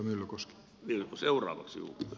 arvoisa herra puhemies